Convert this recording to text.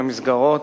במסגרות.